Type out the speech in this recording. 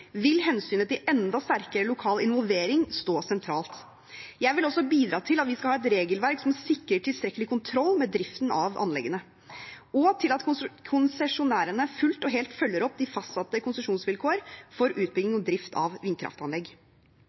vil hensynet til enda sterkere lokal involvering stå sentralt. Jeg vil også bidra til at vi skal ha et regelverk som sikrer tilstrekkelig kontroll med driften av anleggene, og til at konsesjonærene fullt og helt følger opp de fastsatte konsesjonsvilkårene for utbygging og drift av vindkraftanlegg.